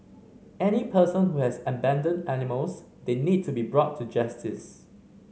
any person who has abandoned animals they need to be brought to justice